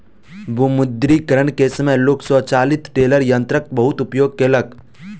विमुद्रीकरण के समय लोक स्वचालित टेलर यंत्रक बहुत उपयोग केलक